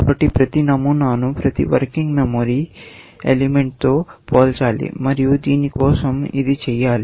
కాబట్టి ప్రతి నమూనాను ప్రతి వర్కింగ్ మెమోరీ ఎలిమెంట్తో పోల్చాలి మరియు దీని కోసం ఇది చేయాలి